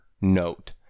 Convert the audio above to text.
note